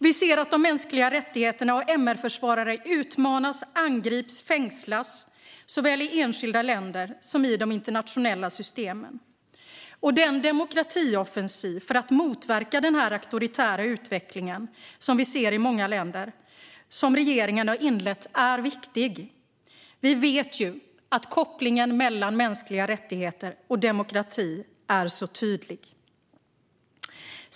Vi ser också att mänskliga rättigheter och MR-försvarare utmanas, angrips och fängslas såväl i enskilda länder som i de internationella systemen. Den demokratioffensiv för att motverka den auktoritära utvecklingen som vi ser i många länder och som regeringen har inlett är viktig. Vi vet ju att kopplingen mellan mänskliga rättigheter och demokrati är tydlig.